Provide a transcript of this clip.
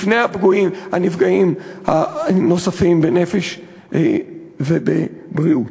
לפני הנפגעים הנוספים בנפש ובבריאות.